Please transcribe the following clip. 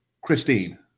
Christine